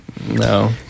No